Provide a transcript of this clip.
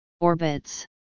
orbits